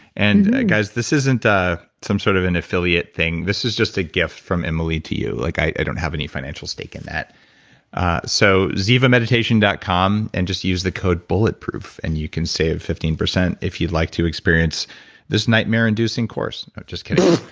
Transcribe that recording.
and guys, this isn't some sort of an affiliate thing. this is just a gift from emily to you like i don't have any financial stake in that ah so zivameditation dot com, and just use the code bulletproof, and you can save fifteen percent if you'd like to experience this nightmare-inducing course. no, just kidding